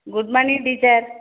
goodmorning teacher